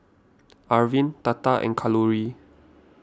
Arvind Tata and Kalluri